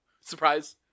Surprise